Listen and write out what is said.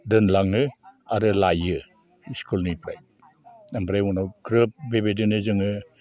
दोनलाङो आरो लाइयो स्कुलनिफ्राय ओमफ्राय उनाव ग्रोब बेबायदिनो जोङो